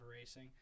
racing